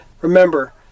Remember